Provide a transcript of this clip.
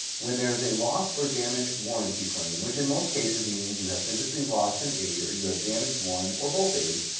when there is a loss or damage warranty claim, which in most cases means you have physically lost an aid or you have damaged one or both aids,